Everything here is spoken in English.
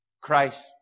Christ